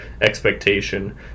expectation